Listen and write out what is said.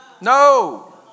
No